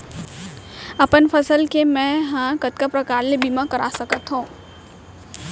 अपन फसल के मै ह कतका प्रकार ले बीमा करा सकथो?